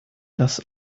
das